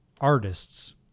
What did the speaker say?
artists